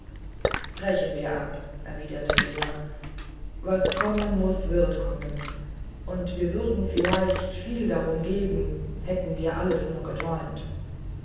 brechen wir ab erwiderte jener was kommen muß wird kommen und wir würden vielleicht viel darum geben hätten wir alles nur geträumt